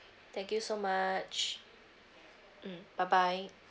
thank you so much mm bye bye